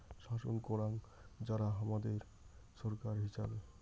শাসন করাং যারা হামাদের ছরকার হিচাবে